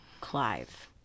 Clive